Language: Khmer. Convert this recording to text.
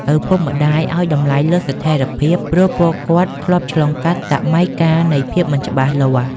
ឪពុកម្តាយឲ្យតម្លៃលើ "ស្ថិរភាព" ព្រោះពួកគាត់ធ្លាប់ឆ្លងកាត់សម័យកាលនៃភាពមិនច្បាស់លាស់។